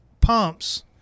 pumps